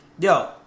Yo